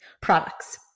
products